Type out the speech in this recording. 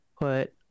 put